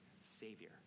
savior